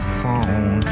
phone